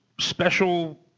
special